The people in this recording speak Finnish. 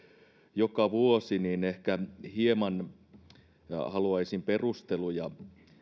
joka vuosi niin ehkä hieman haluaisin perusteluja